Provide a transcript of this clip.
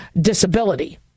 disability